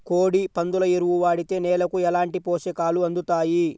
కోడి, పందుల ఎరువు వాడితే నేలకు ఎలాంటి పోషకాలు అందుతాయి